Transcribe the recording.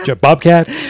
bobcat